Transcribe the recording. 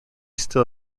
still